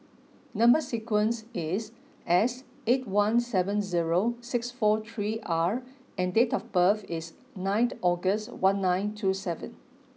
number sequence is S eight one seven zero six four three R and date of birth is ninth August one nine two seven